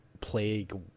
plague